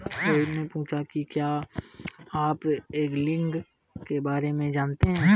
रोहित ने पूछा कि क्या आप एंगलिंग के बारे में जानते हैं?